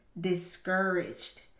discouraged